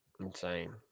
Insane